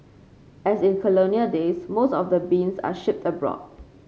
as in colonial days most of the beans are shipped abroad